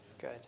good